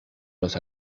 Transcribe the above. los